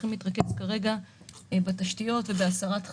קח בחשבון את הסבסוד.